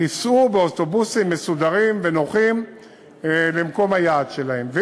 ייסעו באוטובוסים מסודרים ונוחים למקום היעד שלהם.